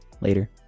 Later